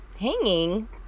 Hanging